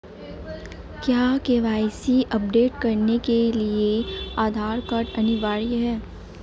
क्या KYC update करने के लिए आधार कार्ड अनिवार्य है?